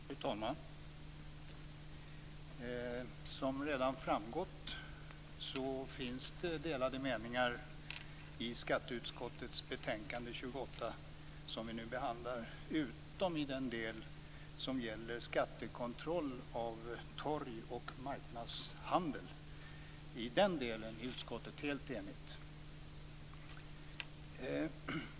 Fru talman! Som redan framgått finns det delade meningar i skatteutskottets betänkande 28 som vi nu behandlar, utom i den del som gäller skattekontroll av torg och marknadshandel. I den delen är utskottet helt enigt.